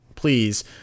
please